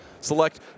Select